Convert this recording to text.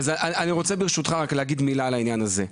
אני רוצה ברשותך להגיד מילה על העניין הזה.